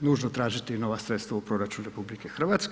nužno tražiti i nova sredstva u proračunu RH.